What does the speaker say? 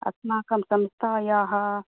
अस्माकं संस्थायाः